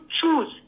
choose